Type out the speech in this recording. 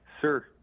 Sir